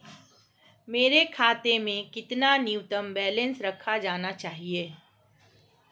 मेरे खाते में कितना न्यूनतम बैलेंस रखा जाना चाहिए?